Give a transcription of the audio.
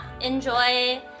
Enjoy